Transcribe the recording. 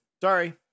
Sorry